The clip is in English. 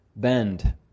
Bend